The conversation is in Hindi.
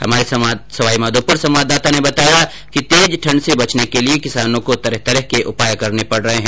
हमारे सवाईमाधोपुर संवाददाता ने बताया कि तेज ठण्ड से बचने के लिए किसानों को तरह तरह के उपाय करने पड़ रहे हैं